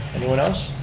anyone else?